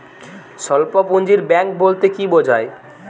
স্বল্প পুঁজির ব্যাঙ্ক বলতে কি বোঝায়?